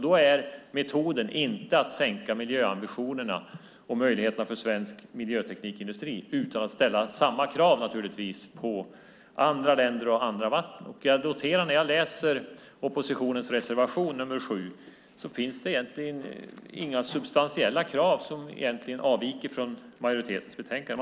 Då är metoden inte att sänka miljöambitionerna och möjligheterna för svensk miljöteknikindustri utan naturligtvis att ställa samma krav på andra länder och andra vatten. När jag läser oppositionens reservation 7 noterar jag att det egentligen inte finns några substantiella krav som avviker från majoritetens skrivning i betänkandet.